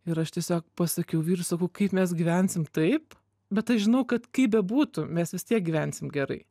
ir aš tiesiog pasakiau vyrui sakau kaip mes gyvensim taip bet aš žinau kad kaip bebūtų mes vis tiek gyvensim gerai